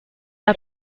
era